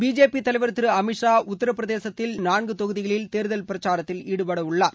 BJP தலைவர் திரு அமித் ஷா உத்தரப்பிரதேசத்தில் நான்கு தொகுதிகளில் தேர்தல் பிரச்சாரத்தில் ஈடுபடவுள்ளார்